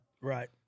Right